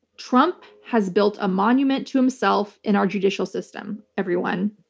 trump has built a monument to himself in our judicial system, everyone,